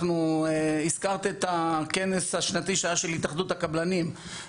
הזכרת את הכנס השנתי של התאחדות הקבלנים.